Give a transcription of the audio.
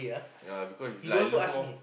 ya because he is like lose more